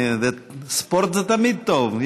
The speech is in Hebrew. ספורט זה תמיד טוב.